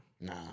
Nah